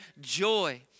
joy